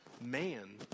man